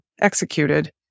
executed